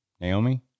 naomi